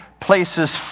places